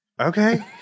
okay